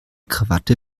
krawatte